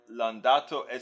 Landato